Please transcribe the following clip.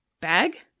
Bag